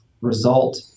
result